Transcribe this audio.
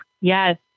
yes